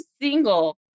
single